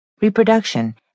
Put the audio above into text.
reproduction